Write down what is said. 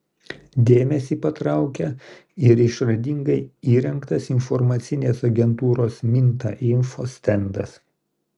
dėmesį patraukia ir išradingai įrengtas informacinės agentūros minta info stendas